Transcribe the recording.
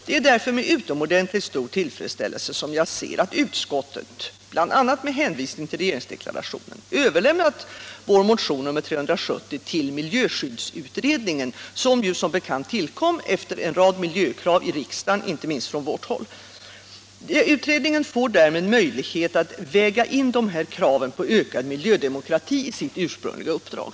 Det är därför med utomordentligt stor tillfredsställelse som jag ser att utskottet, bl.a. med hänvisning till regeringsdeklarationen, vill överlämna vår motion nr 370 till miljöskyddsutredningen, som ju, som bekant, tillkom efter en rad miljökrav i riksdagen, inte minst från vårt håll. Utredningen får därmed möjlighet att väga in de här kraven på ökad miljödemokrati i sitt ursprungliga uppdrag.